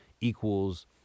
equals